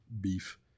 beef